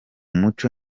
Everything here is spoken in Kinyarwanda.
muco